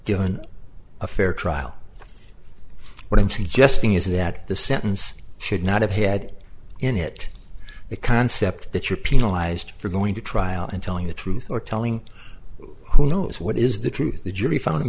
doing a fair trial what i'm suggesting is that the sentence should not have had in it the concept that you're penalized for going to trial and telling the truth or telling who knows what is the truth the jury found him